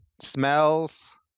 smells